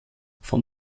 von